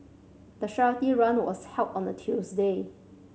the charity run was held on a Tuesday